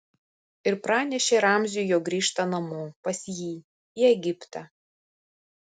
ir pranešė ramziui jog grįžta namo pas jį į egiptą